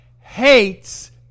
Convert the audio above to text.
hates